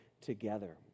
together